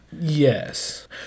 Yes